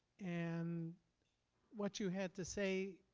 and what you had to say